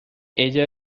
ella